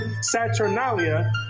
Saturnalia